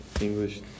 English